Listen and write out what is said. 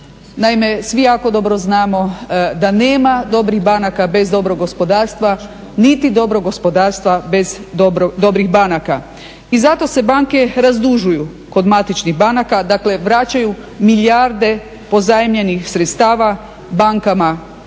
svi jako dobro znamo da nema dobrih banaka bez dobrog gospodarstva niti dobrog gospodarstva bez dobrih banaka. I zato se banke razdužuju kod matičnih banaka, dakle vraćaju milijarde pozajmljenih sredstava bankama